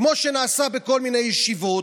כמו שנעשה בכל מיני ישיבות,